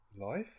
life